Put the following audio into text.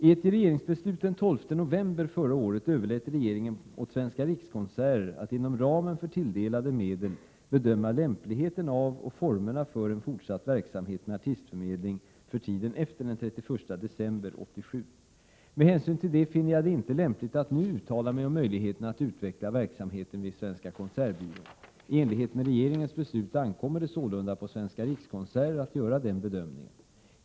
I ett regeringsbeslut den 12 november 1987 överlät regeringen åt Svenska rikskonserter att inom ramen för tilldelade medel bedöma lämpligheten av och formerna för en fortsatt verksamhet med artistförmedling för tiden den 31 december 1987. Med hänsyn till detta finner jag det inte lämpligt att nu uttala mig om möjligheterna att utveckla verksamheten vid Svenska Konsertbyrån. I enlighet med regeringens beslut ankommer det sålunda på Svenska rikskonserter att göra den bedömningen.